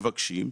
מבקשים,